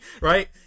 Right